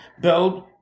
build